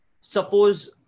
suppose